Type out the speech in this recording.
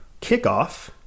kickoff